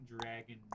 Dragon